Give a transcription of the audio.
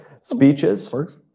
speeches